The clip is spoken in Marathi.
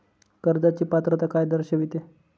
कर्जाची पात्रता काय दर्शविते?